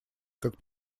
как